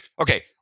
Okay